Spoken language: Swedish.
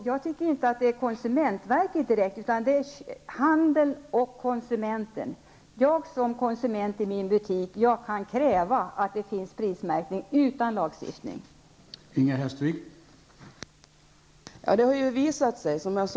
Jag anser inte att det är konsumentverket utan handeln och konsumenten som skall bestämma. Jag som konsument i min butik kan kräva att det finns prismärkning utan att det införs en lag om detta.